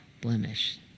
blemish